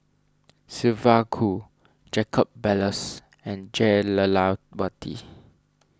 Sylvia Kho Jacob Ballas and Jah Lelawati